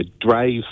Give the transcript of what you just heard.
drive